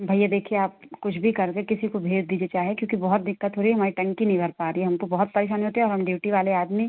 भैया देखिए आप कुछ भी कर दें किसी को भेज दीजिए चाहे क्योंकि बहुत दिक्कत हो रही हमारी टंकी नहीं भर पा रही हम को बहुत परेशान होते हैं और हम ड्यूटी वाले आदमी